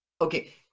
Okay